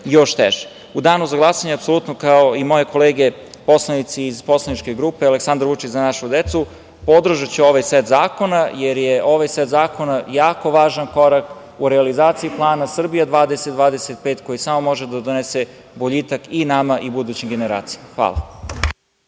još teže.U danu za glasanje apsolutno kao i moje kolege poslanici iz poslaničke grupe Aleksandar Vučić – Za našu decu, podržaću ovaj set zakona, jer je ovaj set zakona jako važan korak u realizaciji plana „Srbija 2025“, koji može samo da donese boljitak i nama i budućim generacijama. Hvala.